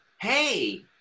hey